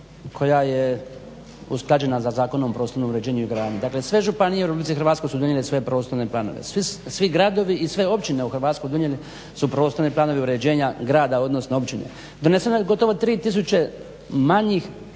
koja je usklađena sa Zakonom o prostornom uređenju i gradnji. Dakle, sve županije u RH su donijele svoje prostorne planove, svi gradovi i sve općine u Hrvatskoj donijeli su prostorne planove uređenja grada, odnosno općine. Doneseno je gotovo 3 tisuće manjih